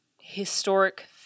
historic